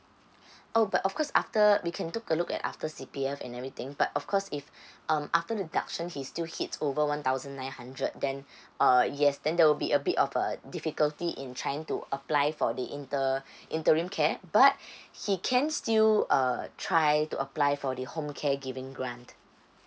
oh but of course after we can took a look at after C_P_F and everything but of course if um after deduction he still hits over one thousand nine hundred then err yes then there will be a bit of a difficulty in trying to apply for the inter~ interim care but he can still err try to apply for the home caregiving grant